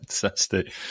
fantastic